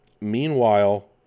Meanwhile